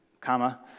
comma